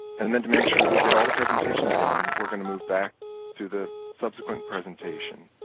and then to make sure that we get all the presentations in, we're going to move back to the subsequent presentation.